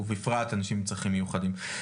ובפרט אנשים עם צרכים מיוחדים.